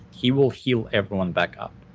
he will heal everyone back up.